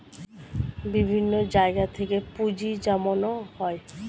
বিভিন্ন জায়গা থেকে পুঁজি জমানো হয়